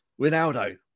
Ronaldo